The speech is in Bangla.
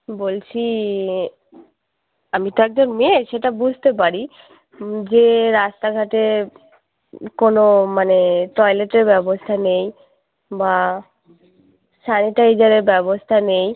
বলছি আমি তো একজন মেয়ে সেটা বুঝতে পারি যে রাস্তাঘাটে কোনো মানে টয়লেটের ব্যবস্থা নেই বা স্যানিটাইজারের ব্যবস্থা নেই